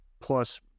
plus